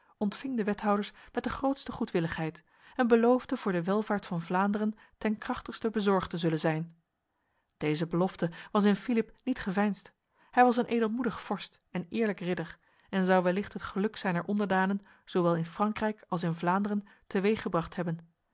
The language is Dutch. ontving de wethouders met de grootste goedwilligheid en beloofde voor de welvaart van vlaanderen ten krachtigste bezorgd te zullen zijn deze belofte was in philippe niet geveinsd hij was een edelmoedig vorst en eerlijk ridder en zou wellicht het geluk zijner onderdanen zowel in frankrijk als in vlaanderen teweeggebracht hebben